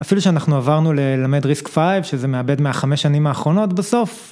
אפילו שאנחנו עברנו ללמד ריסק פייב, שזה מאבד מהחמש שנים האחרונות, בסוף.